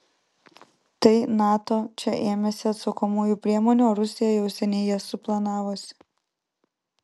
tai nato čia ėmėsi atsakomųjų priemonių o rusija jau seniai jas suplanavusi